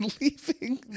leaving